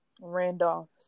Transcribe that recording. Randolph